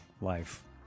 life